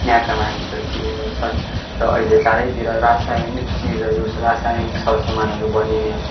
यहाँका मानिसहरू किन्ने गर्छन् र अहिले चारैतिर रसायिनक चिजहरू रसायिनक सरसामानहरू बनिने